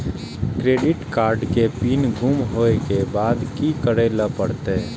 Credit card के PIN गुम होय के बाद की करै ल परतै?